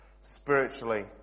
spiritually